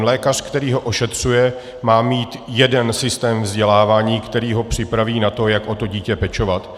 Lékař, který ho ošetřuje, má mít jeden systém vzdělávání, který ho připraví na to, jak o to dítě pečovat.